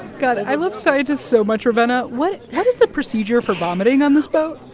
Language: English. god, i love scientists so much, ravenna. what what is the procedure for vomiting on this boat?